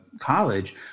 college